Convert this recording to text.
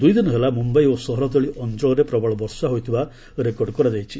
ଦୁଇଦିନ ହେଲା ମୁମ୍ବାଇ ଓ ସହରତଳି ଅଞ୍ଚଳରେ ପ୍ରବଳ ବର୍ଷା ହୋଇଥିବା ରେକର୍ଡ କରାଯାଇଛି